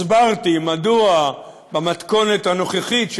הסברתי מדוע במתכונת הנוכחית,